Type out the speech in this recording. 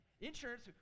insurance